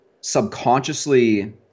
subconsciously